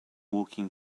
walking